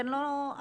אתן לא -- לא,